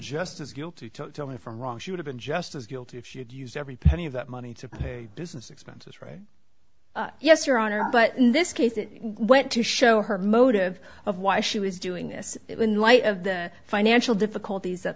just as guilty and from wrong she would have been just as guilty if she had used every penny of that money to pay business expenses right yes your honor but in this case it went to show her motive of why she was doing this in light of the financial difficulties that